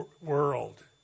world